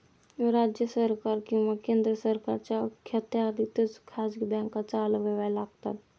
राज्य सरकार किंवा केंद्र सरकारच्या अखत्यारीतच खाजगी बँका चालवाव्या लागतात